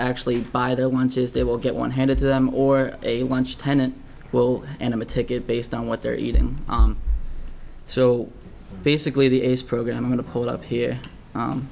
actually buy their lunches they will get one handed to them or a watch tenant will anima ticket based on what they're eating so basically the is program going to pull up here